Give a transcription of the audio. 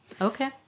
Okay